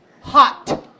hot